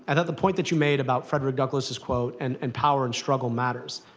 i thought the point that you made about frederick douglass's quote and and power and struggle matters.